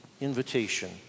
invitation